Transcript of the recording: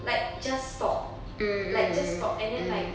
like just stop like just stop and then like